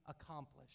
accomplished